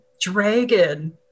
dragon